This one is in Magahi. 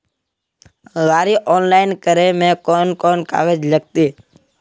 गाड़ी ऑनलाइन करे में कौन कौन कागज लगते?